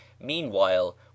meanwhile